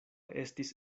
estis